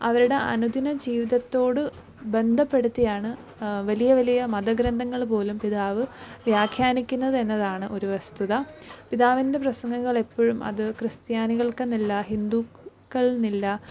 അവരുടെ അനുദിന ജീവിതത്തോട് ബന്ധപ്പെടുത്തിയാണ് വലിയ വലിയ മത ഗ്രന്ഥങ്ങൾ പോലും പിതാവ് വ്യാഖ്യാനിക്കുന്നതെന്നതാണ് ഒരു വസ്തുത പിതാവിൻ്റെ പ്രസംഗങ്ങൾ എപ്പോഴും അത് ക്രിസ്ത്യാനികൾക്കെന്നല്ല ഹിന്ദുക്കൾന്നില്ല